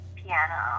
piano